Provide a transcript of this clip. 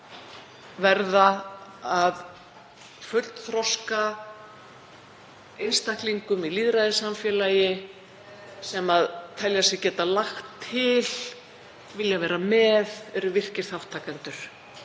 verða að fullþroska einstaklingum í lýðræðissamfélagi sem telja sig geta lagt til, vilja vera með, eru virkir þátttakendur.